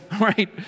right